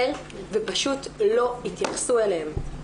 גוף ציבורי אחר ופשוט לא התייחסו אליהם.